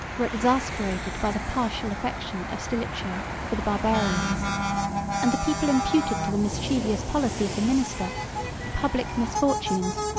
were exasperated by the partial affection of stilicho for the barbarians and the people imputed to the mischievous policy of the minister the public misfortunes,